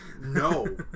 no